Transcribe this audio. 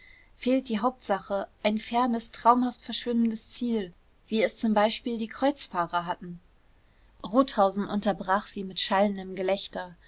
fehlt die hauptsache ein fernes traumhaft verschwimmendes ziel wie es zum beispiel die kreuzfahrer hatten rothausen unterbrach sie mit schallendem gelächter